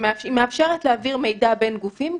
שהיא מאפשרת להעביר מידע בין גופים,